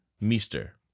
Meester